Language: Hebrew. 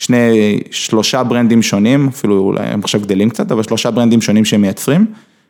שלושה ברנדים שונים, אפילו אולי הם עכשיו גדלים קצת, אבל שלושה ברנדים שונים שהם מייצרים.